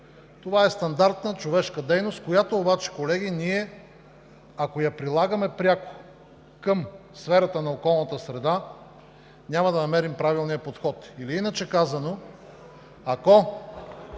Това е стандартна човешка дейност, която обаче, колеги, ние ако я прилагаме пряко към сферата на околната среда, няма да намерим правилния подход. Или иначе казано, ако